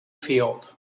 field